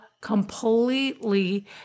completely